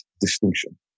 distinction